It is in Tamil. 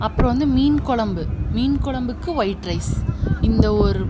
அப்புறம் வந்து மீன் கொழம்பு மீன் கொழம்புக்கு வொயிட் ரைஸ் இந்த ஒரு